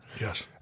Yes